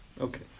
Okay